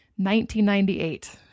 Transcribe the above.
1998